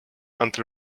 until